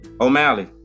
O'Malley